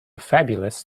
fabulous